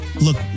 look